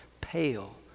pale